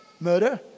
Murder